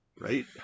right